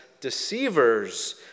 deceivers